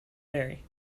vary